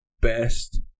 best